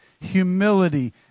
humility